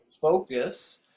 focus